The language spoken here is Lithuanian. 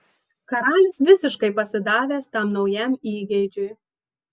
karalius visiškai pasidavęs tam naujam įgeidžiui